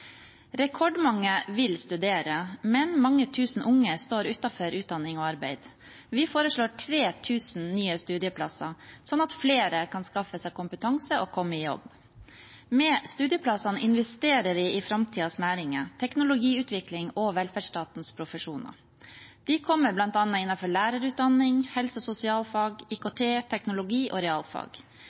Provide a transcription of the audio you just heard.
Rekordmange vil studere, men mange tusen unge står utenfor utdanning og arbeid. Vi foreslår 3 000 nye studieplasser, slik at flere kan skaffe seg kompetanse og komme i jobb. Med studieplassene investerer vi i framtidens næringer, teknologiutvikling og velferdsstatens profesjoner. De kommer bl.a. innenfor lærerutdanning, helse- og sosialfag, IKT, teknologi og realfag.